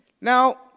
Now